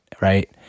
Right